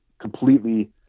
completely